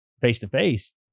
face-to-face